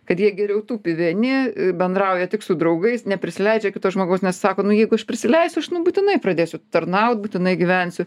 kad jie geriau tupi vieni bendrauja tik su draugais neprisileidžia kito žmogaus nes sako nu jeigu aš prisileisiu aš nu būtinai pradėsiu tarnaut būtinai gyvensiu